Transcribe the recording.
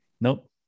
nope